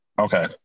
Okay